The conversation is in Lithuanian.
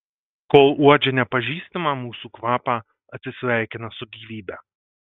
kol uodžia nepažįstamą mūsų kvapą atsisveikina su gyvybe